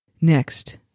Next